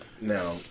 now